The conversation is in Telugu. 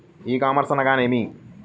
ఈ కామర్స్ అనగానేమి?